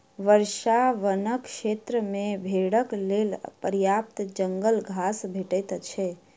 वर्षा वनक क्षेत्र मे भेड़क लेल पर्याप्त जंगल घास भेटैत छै